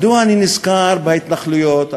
מדוע אני נזכר בהתנחלויות?